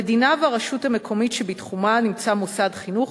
המדינה והרשות המקומית שבתחומה נמצא מוסד חינוך